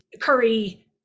curry